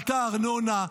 עלתה הארנונה,